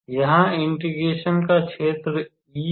यहाँ इंटिग्रेशन का क्षेत्र E है